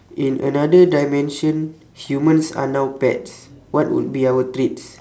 in another dimension humans are now pets what would be our treats